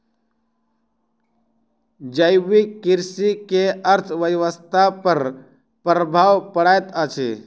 जैविक कृषि के अर्थव्यवस्था पर प्रभाव पड़ैत अछि